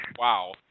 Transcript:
Wow